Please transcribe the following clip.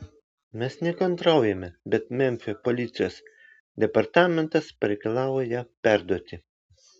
mes nekantraujame bet memfio policijos departamentas pareikalavo ją perduoti